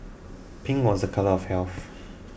pink was a colour of health